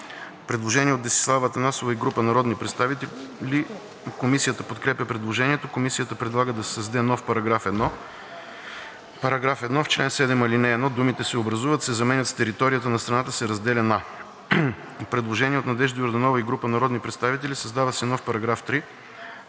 Предложение от Десислава Атанасова и група народни представители. Комисията подкрепя предложението. Комисията предлага да се създаде нов § 1: „§ 1. В чл. 7, ал. 1 думите „се образуват“ се заменят с „територията на страната се разделя на…“. Предложение от Надежда Йорданова и група народни представители. Комисията подкрепя